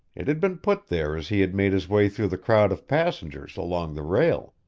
it had been put there as he had made his way through the crowd of passengers along the rail.